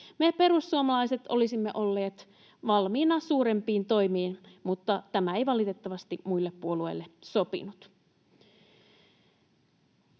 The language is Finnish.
Me perussuomalaiset olisimme olleet valmiina suurempiin toimiin, mutta tämä ei valitettavasti muille puolueille sopinut.